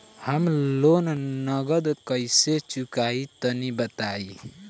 हम लोन नगद कइसे चूकाई तनि बताईं?